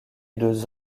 deux